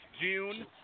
June